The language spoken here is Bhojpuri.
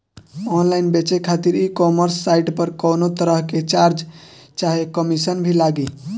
ऑनलाइन बेचे खातिर ई कॉमर्स साइट पर कौनोतरह के चार्ज चाहे कमीशन भी लागी?